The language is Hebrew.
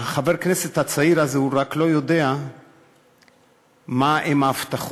חבר הכנסת הצעיר הזה רק לא יודע מה ההבטחות